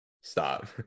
Stop